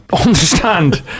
understand